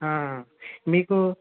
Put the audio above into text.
మీకు